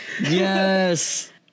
Yes